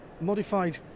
modified